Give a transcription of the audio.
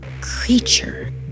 creature